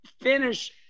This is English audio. finish